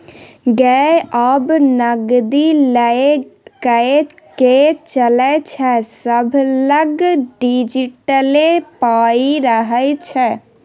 गै आब नगदी लए कए के चलै छै सभलग डिजिटले पाइ रहय छै